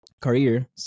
career